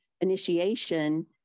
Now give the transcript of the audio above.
initiation